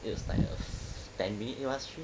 it was like a ten minute bus trip